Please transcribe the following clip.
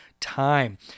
time